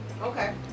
okay